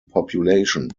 population